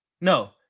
No